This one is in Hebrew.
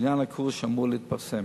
בעניין הקורס שאמור להיפתח.